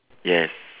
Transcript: yes